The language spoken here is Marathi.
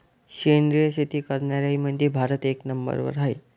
सेंद्रिय शेती करनाऱ्याईमंधी भारत एक नंबरवर हाय